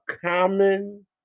common